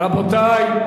רבותי.